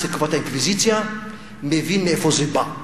לתקופת האינקוויזיציה מבין מאיפה זה בא.